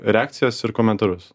reakcijas ir komentarus